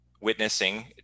witnessing